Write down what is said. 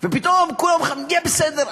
ופתאום כולם אומרים לך: יהיה בסדר.